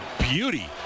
beauty